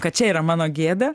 kad čia yra mano gėda